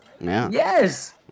Yes